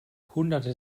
hunderte